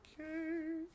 Okay